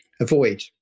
avoid